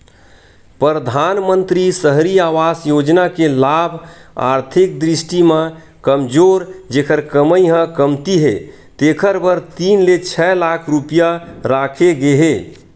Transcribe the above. परधानमंतरी सहरी आवास योजना के लाभ आरथिक दृस्टि म कमजोर जेखर कमई ह कमती हे तेखर बर तीन ले छै लाख रूपिया राखे गे हे